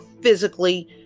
physically